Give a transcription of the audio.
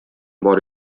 бар